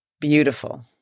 Beautiful